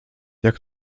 jak